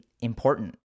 important